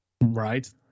Right